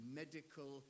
medical